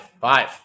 five